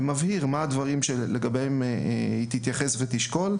ומבהיר מהם הדברים שלגביהם היא תתייחס ותשקול.